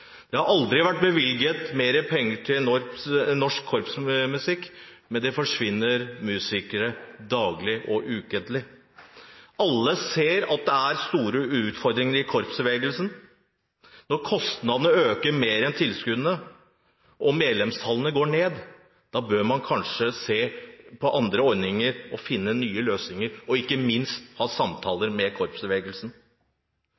Det har aldri vært bevilget mer penger til norsk korpsmusikk, men det forsvinner musikere daglig og ukentlig. Alle ser at det er store utfordringer i korpsbevegelsen når kostnadene øker mer enn tilskuddene, og medlemstallene går ned. Da bør man kanskje se på andre ordninger og finne nye løsninger – og ikke minst ha